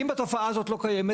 אם התופעה הזו לא קיימת,